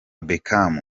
beckham